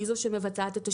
היא זו שמבצעת את השימועים,